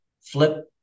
flip